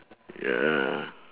ya